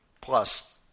Plus